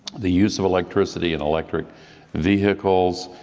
the use of electricity and electric vehicles,